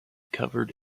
covered